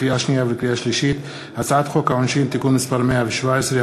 לקריאה שנייה ולקריאה שלישית: הצעת חוק העונשין (תיקון מס' 117),